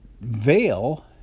veil